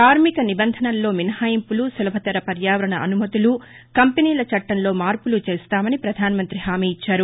కార్మిక నిబంధనల్లో మినహాయింపులు సులభతర పర్యావరణ అనుమతులు కంపెనీల చట్టంలో మార్పులు చేస్తామని ప్రధానమంత్రి హామీఇచ్చారు